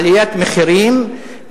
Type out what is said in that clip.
עליית מחירים,